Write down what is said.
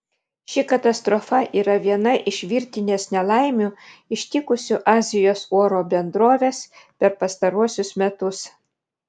ši katastrofa yra viena iš virtinės nelaimių ištikusių azijos oro bendroves per pastaruosius metus